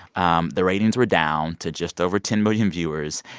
um the ratings were down to just over ten million viewers,